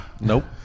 Nope